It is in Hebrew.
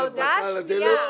ההודעה השנייה.